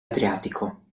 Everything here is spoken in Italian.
adriatico